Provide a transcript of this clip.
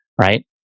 right